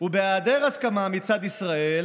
ובהיעדר הסכמה מצד ישראל